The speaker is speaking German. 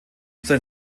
sein